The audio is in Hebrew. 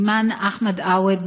אימאן אחמד עווד,